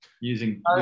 using